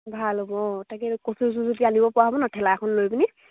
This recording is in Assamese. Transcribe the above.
ভাল হ'ব অঁ তাকে কচু চচু যদি আনিব পৰা হ'ব ন ঠেলা এখন লৈ পিনি